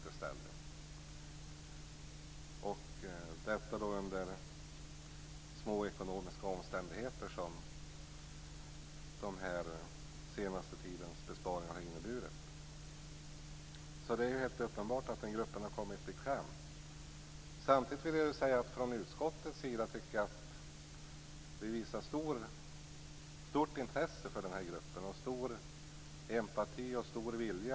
Detta har också skett under de små ekonomiska omständigheter som den senaste tidens besparingar har inneburit. Det är alltså helt uppenbart att denna grupp har kommit i kläm. Jag tycker samtidigt att utskottet visar stort intresse för den här gruppen, stor empati och stor vilja.